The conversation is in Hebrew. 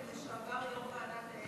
באמת.